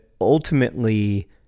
ultimately